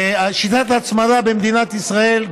שיטת ההצמדה במדינת ישראל,